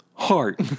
Heart